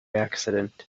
accident